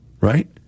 right